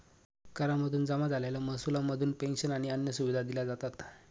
करा मधून जमा झालेल्या महसुला मधून पेंशन आणि अन्य सुविधा दिल्या जातात